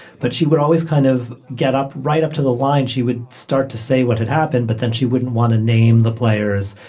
but she would always kind of get up right up to the line, she would start to say what had happened, but then she wouldn't want to name the players,